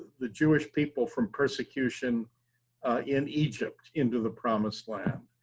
the jewish people from persecution in egypt, into the promised land.